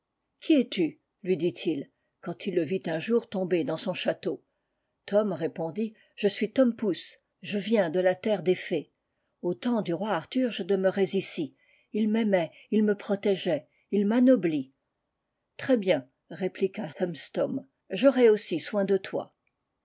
qui es-tu lui dit-il quand il le vit un jour tomber dans son château tom répondit je suis tom pouce je viens de la terre des fées au temps du roi arthur je demeurais ici il maimait il me protégeait m'anoblit très-bien répliqua thumstom j'aurai aussi soin de toi